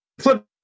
flip